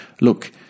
Look